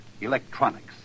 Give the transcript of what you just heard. electronics